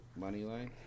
Moneyline